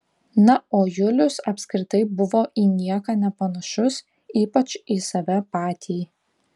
na o julius apskritai buvo į nieką nepanašus ypač į save patį